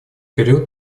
период